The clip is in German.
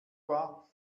war